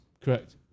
Correct